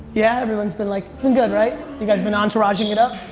yeah, everyone's been like it's been good right? you guys been entouraging it up?